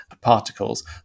particles